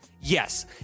Yes